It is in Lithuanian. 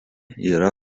yra